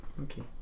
okay